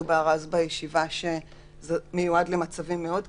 דובר אז בישיבה שזה מיועד למצבים מאוד קיצוניים,